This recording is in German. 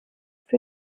für